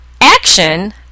action